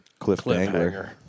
Cliffhanger